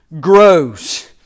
grows